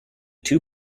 two